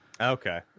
Okay